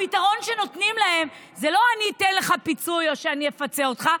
הפתרון שנותנים להם זה לא "אני אתן לך פיצוי או אני אפצה אותך",